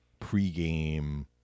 pregame